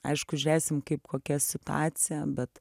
aišku žiūrėsim kaip kokia situacija bet